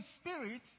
spirit